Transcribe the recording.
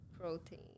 protein